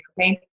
okay